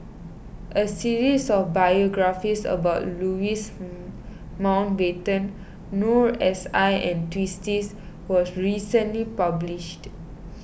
a series of biographies about Louis Mountbatten Noor S I and Twisstii was recently published